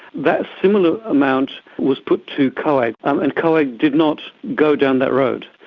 that similar amount was put to coag um and coag did not go down that road,